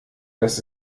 das